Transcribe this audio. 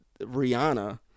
Rihanna